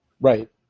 Right